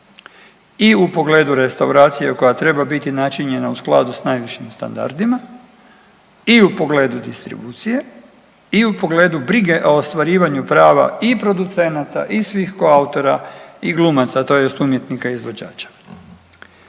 i u pogledu restauracije koja treba biti načinjena u skladu s najvišim standardima i u pogledu distribucije i u pogledu brige o ostvarivanju prava i producenata i svih koautora i glumaca tj. umjetnika izvođača.